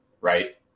right